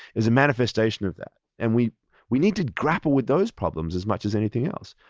is a manifestation of that. and we we need to grapple with those problems as much as anything else.